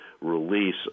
release